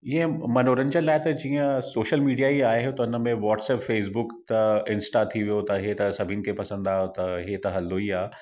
इअं मनोरंजन लाइ त जीअं सोशल मीडिया ई आहे त हुन में वाट्सप फ़ेसबुक त इंस्टा थी वियो त इहे त सभिनी खे पसंदि आहे त इहे त हलंदो ई आहे